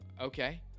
okay